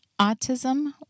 autism